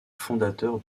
fondateur